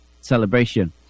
celebration